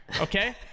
Okay